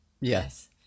Yes